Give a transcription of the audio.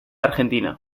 argentina